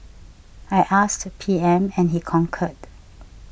I asked P M and he concurred